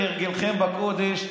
כהרגלכם בקודש,